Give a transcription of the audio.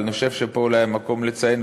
אני חושב שפה אולי המקום לציין,